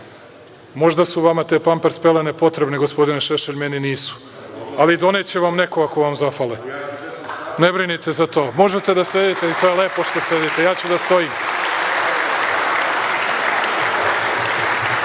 su vama te Pampers pelene potrebne, gospodine Šešelj, meni nisu, ali doneće vam neko ako vam zafale. Ne brinite za to. Možete da sedite i to je lepo što sedite. Ja ću da